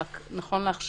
רק שנכון לעכשיו,